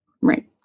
Right